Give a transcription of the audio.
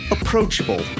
approachable